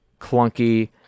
clunky